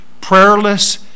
prayerless